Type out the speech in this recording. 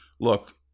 Look